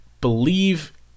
believe